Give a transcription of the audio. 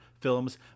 films